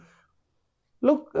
Look